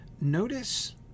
notice